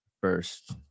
first